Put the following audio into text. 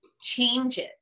changes